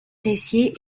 tessier